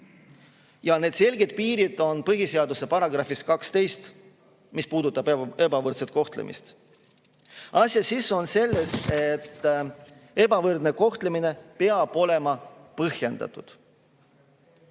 Ja need selged piirid on põhiseaduse §-s 12, mis puudutab ebavõrdset kohtlemist. Asja sisu on selles, et ebavõrdne kohtlemine peab olema põhjendatud.